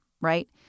right